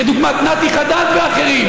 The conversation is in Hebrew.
כדוגמת נתי חדד ואחרים.